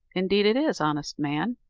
indeed it is, honest man,